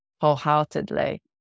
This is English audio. wholeheartedly